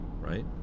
right